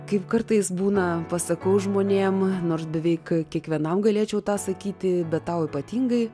kaip kartais būna pasakau žmonėm nors beveik kiekvienam galėčiau tą sakyti bet tau ypatingai